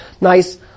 nice